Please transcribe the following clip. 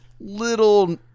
little